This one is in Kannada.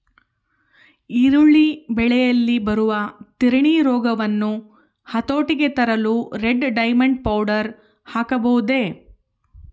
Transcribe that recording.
ಈರುಳ್ಳಿ ಬೆಳೆಯಲ್ಲಿ ಬರುವ ತಿರಣಿ ರೋಗವನ್ನು ಹತೋಟಿಗೆ ತರಲು ರೆಡ್ ಡೈಮಂಡ್ ಪೌಡರ್ ಹಾಕಬಹುದೇ?